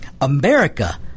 America